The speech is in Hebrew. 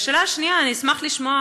השאלה השנייה: אני אשמח לשמוע,